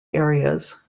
areas